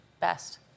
best